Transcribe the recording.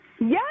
Yes